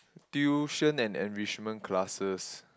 tuition and enrichment classes